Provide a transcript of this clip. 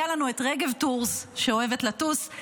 היה לנו את רגב טורס שאוהבת לטוס.